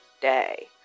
day